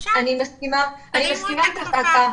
אני מסכימה אתך.